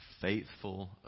faithful